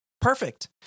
perfect